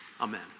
Amen